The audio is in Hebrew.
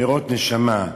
נרות נשמה,